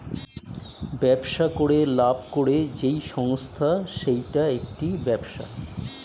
ব্যবসা করে লাভ করে যেই সংস্থা সেইটা একটি ব্যবসা